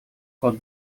кот